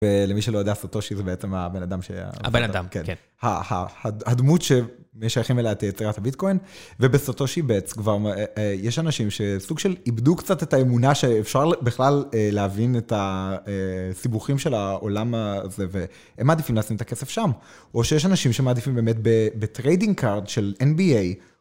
למי שלא יודע סוטושי זה בעצם הבן אדם, הבן אדם, כן, הדמות שמשייכים אליה את יצירת הביטקוין ובסוטושי בטס כבר יש אנשים שסוג של איבדו קצת את האמונה שאפשר בכלל להבין את הסיבוכים של העולם הזה והם מעדיפים לשים את הכסף שם או שיש אנשים שמעדיפים באמת בטריידינג קארד של NBA